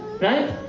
right